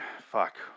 Fuck